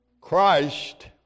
Christ